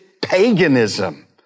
paganism